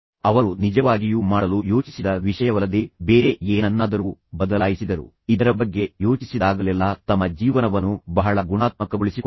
ಅವರು ನಿಜವಾಗಿಯೂ ಮಾಡಲು ಯೋಚಿಸಿದ ವಿಷಯವಲ್ಲದೇ ಬೇರೆ ಏನನ್ನಾದರೂ ಬದಲಾಯಿಸಿದರು ಅವರು ಇದರ ಬಗ್ಗೆ ಯೋಚಿಸಿದಾಗಲೆಲ್ಲಾ ತಮ್ಮ ಜೀವನವನ್ನು ಬಹಳ ಗುಣಾತ್ಮಕಗೊಳಿಸಿಕೊಂಡರು